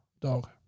dog